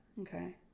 okay